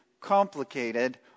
complicated